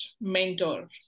mentor